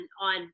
on